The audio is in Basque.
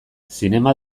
zinema